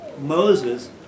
Moses